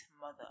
mother